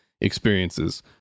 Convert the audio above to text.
experiences